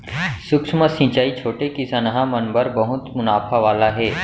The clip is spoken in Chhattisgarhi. सूक्ष्म सिंचई छोटे किसनहा मन बर बहुत मुनाफा वाला हे